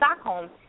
Stockholm